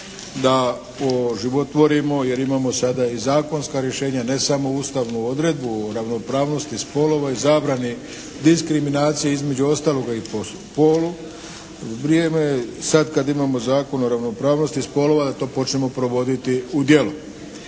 da poživotvorimo, jer imamo sada i zakonska rješenja, ne samo ustavnu odredbu o ravnopravnosti spolova i zabrani diskriminacije, između ostaloga i po spolu, vrijeme je sad kad imamo Zakon o ravnopravnosti spolova da to počnemo provoditi u djelo.